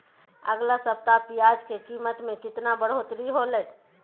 अगला सप्ताह प्याज के कीमत में कितना बढ़ोतरी होलाय?